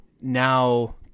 now